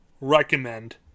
recommend